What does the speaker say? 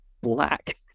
black